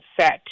set